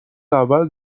اول